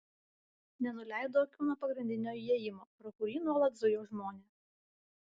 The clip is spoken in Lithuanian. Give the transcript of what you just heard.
nenuleido akių nuo pagrindinio įėjimo pro kurį nuolat zujo žmonės